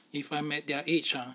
if I'm at their age ah